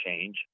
change